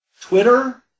Twitter